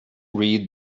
read